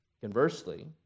Conversely